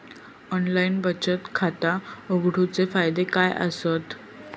Online बचत खाता उघडूचे फायदे काय आसत?